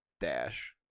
dash